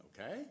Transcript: Okay